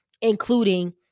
including